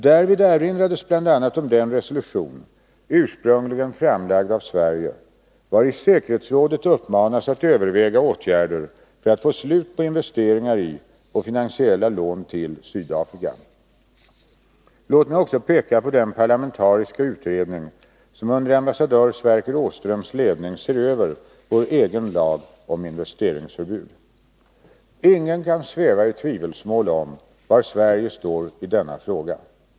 Därvid erinrades bl.a. om den resolution, ursprungligen framlagd av Sverige, vari säkerhetsrådet uppmanas att överväga åtgärder för att få slut på investeringar i och finansiella lån till Sydafrika. Låt mig också peka på den parlamentariska utredning som under ambassadör Sverker Åströms ledning ser över vår egen lag om investeringsförbud. Ingen kan sväva i tvivelsmål om var Sverige står i denna fråga.